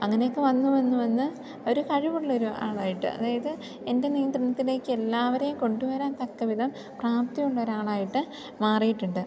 അങ്ങനെയൊക്കെ വന്നു വന്ന് വന്ന് ഒരു കഴിവുള്ളൊരു ആളായിട്ട് അതായത് എൻ്റെ നിയന്ത്രണത്തിലേക്ക് എല്ലാവരെയും കൊണ്ടു വരാൻ തക്കവിധം പ്രാപ്തിയുള്ള ഒരാളായിട്ട് മാറിയിട്ടുണ്ട്